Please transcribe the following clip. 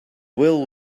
will